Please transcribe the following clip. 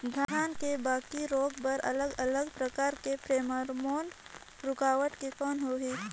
धान के बाकी रोग बर अलग अलग प्रकार के फेरोमोन रूकावट के कौन होथे?